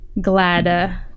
Glad